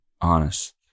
honest